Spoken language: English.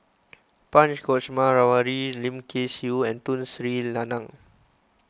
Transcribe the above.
Punch Coomaraswamy Lim Kay Siu and Tun Sri Lanang